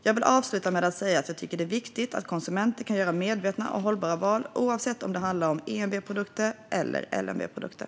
Jag vill avsluta med att säga att jag tycker att det är viktigt att konsumenter kan göra medvetna och hållbara val oavsett om det handlar om EMV-produkter eller LMV-produkter.